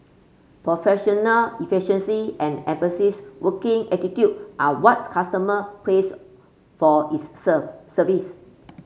professional efficiency and working attitude are what customer praise for its serve service